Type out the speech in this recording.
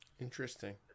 Interesting